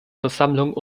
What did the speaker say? versammlung